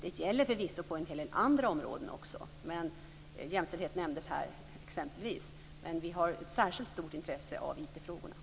Det gäller förvisso på en hel del andra områden också. Jämställdheten nämndes här exempelvis. Men vi har ett särskilt stort intresse av IT-frågorna.